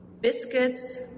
biscuits